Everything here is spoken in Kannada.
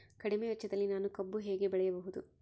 ಕಡಿಮೆ ವೆಚ್ಚದಲ್ಲಿ ನಾನು ಕಬ್ಬು ಹೇಗೆ ಬೆಳೆಯಬಹುದು?